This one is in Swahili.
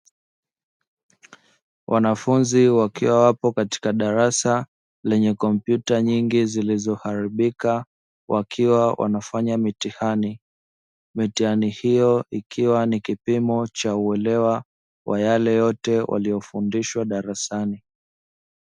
Wanafunzi wakiwa wapo katika darasa lenye kompyuta nyingi zilizoharibika wakiwa wanafanya mitihani; mitihani hiyo ikiwa ni kipimo cha uelewa wa yale yote waliyofundishwa darasani.